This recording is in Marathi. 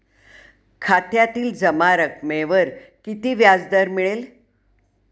खात्यातील जमा रकमेवर किती व्याजदर मिळेल?